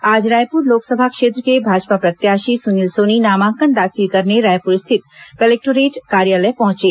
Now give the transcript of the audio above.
आज रायपुर लोकसभा क्षेत्र के भाजपा प्रत्याशी सुनील सोनी नामांकन दाखिल करने रायपुर स्थित कलेक्टोरेट कार्यालय पहुंचे